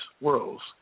worlds